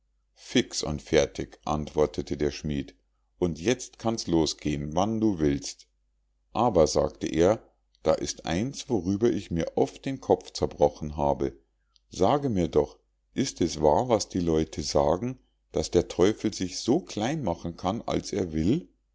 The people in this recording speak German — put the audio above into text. fix und fertig antwortete der schmied und jetzt kann's losgehen wann du willst aber sagte er da ist eins worüber ich mir oft den kopf zerbrochen habe sage mir doch ist es wahr was die leute sagen daß der teufel sich so klein machen kann als er will